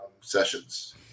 sessions